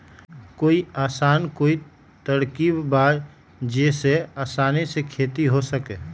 कोई अइसन कोई तरकीब बा जेसे आसानी से खेती हो सके?